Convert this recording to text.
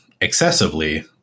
excessively